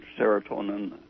serotonin